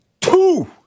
Two